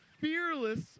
fearless